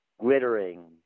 glittering